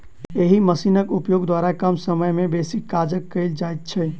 एहि मशीनक उपयोग द्वारा कम समय मे बेसी काज कयल जाइत छै